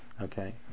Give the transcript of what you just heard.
Okay